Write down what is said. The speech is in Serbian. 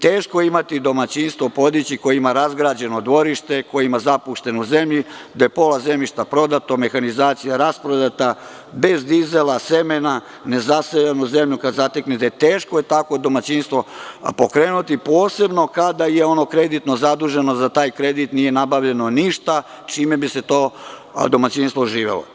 Teško je imati domaćinstvo, podići, koje ima razgrađeno dvorište, koje ima zapušteno zemljište, gde je pola zemljišta prodato, mehanizacija rasprodata, bez dizela, semena, nezasejanu zemlju kad zateknete, teško je takvo domaćinstvo pokrenuti, posebno kada je ono kreditno zaduženo, za taj kredit nije nabavljeno ništa čime bi se to domaćinstvo oživelo.